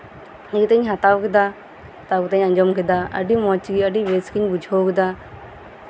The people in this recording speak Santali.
ᱤᱧ ᱛᱚᱧ ᱦᱟᱛᱟᱣ ᱠᱮᱫᱟ ᱦᱟᱛᱟᱣ ᱠᱟᱛᱮᱧ ᱟᱸᱡᱚᱢ ᱠᱮᱫᱟ ᱟᱹᱰᱤ ᱢᱚᱸᱡᱽ ᱜᱮ ᱟᱹᱰᱤ ᱵᱮᱥ ᱜᱮᱧ ᱵᱩᱡᱷᱟᱹᱣ ᱠᱮᱫᱟ